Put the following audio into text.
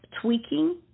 tweaking